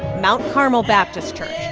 mount carmel baptist church,